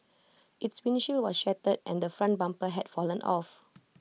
its windshield was shattered and the front bumper had fallen off